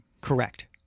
Correct